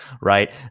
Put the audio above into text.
Right